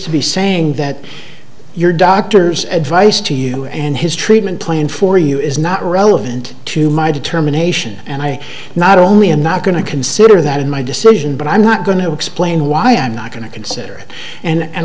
to be saying that your doctor's advice to you and his treatment plan for you is not relevant to my determination and i not only am not going to consider that in my decision but i'm not going to explain why i am not going to consider it and